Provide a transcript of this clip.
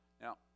now